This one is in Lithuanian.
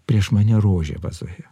prieš mane rožė vazoje